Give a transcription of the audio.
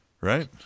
right